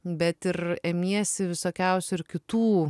bet ir ėmiesi visokiausių ir kitų